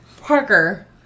parker